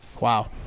Wow